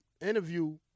interview